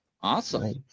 awesome